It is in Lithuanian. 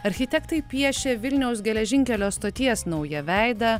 architektai piešė vilniaus geležinkelio stoties naują veidą